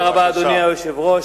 אדוני היושב-ראש,